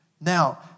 Now